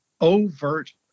overt